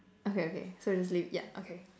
okay okay so we just leave yeah okay